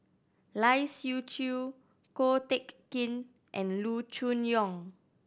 Lai Siu Chiu Ko Teck Kin and Loo Choon Yong